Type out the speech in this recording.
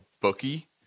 bookie